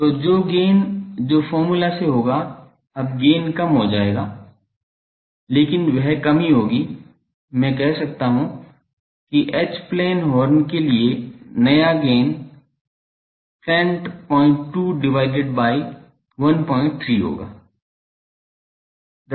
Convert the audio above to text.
तो जो गेन जो फार्मूला से होगा अब गेन कम हो जाएगा लेकिन वह कमी होगी मैं कह सकता हूं कि एच प्लेन हॉर्न के लिए नया गेन 102 divided by 13 होगा